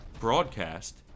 broadcast